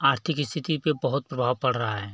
आर्थिक स्थिति पर बहुत प्रभाव पड़ रहा है